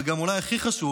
ואולי זה גם הכי חשוב,